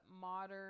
modern